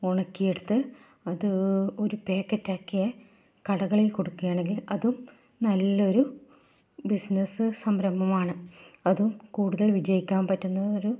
ഉണക്കി എടുത്ത് അത് ഒരു പാക്കറ്റ് ആക്കിയാൽ കടകളിൽ കൊടുക്കുകയാണെങ്കിൽ അതും നല്ലൊരു ബിസിനസ് സംരംഭമാണ് അതും കൂടുതൽ വിജയിക്കാൻ പറ്റുന്ന ഒരു